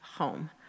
home